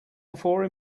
before